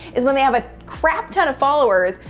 is when they have a crap ton of followers.